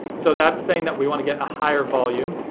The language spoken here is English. so that's saying that we wanna get a higher volume.